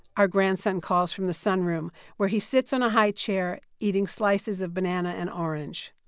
our grandson calls from the sunroom where he sits on a high chair eating slices of banana and orange.